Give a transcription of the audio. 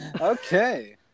okay